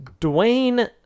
Dwayne